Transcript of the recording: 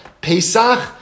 Pesach